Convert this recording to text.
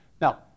Now